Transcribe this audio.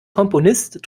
komponist